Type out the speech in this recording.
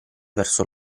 verso